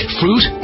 fruit